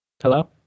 Hello